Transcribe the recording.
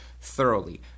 Thoroughly